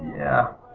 yeah. oh,